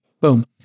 Boom